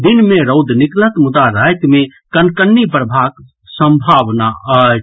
दिन मे रौद निकलत मुदा राति मे कनकनी बढ़बाक संभावना अछि